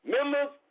Members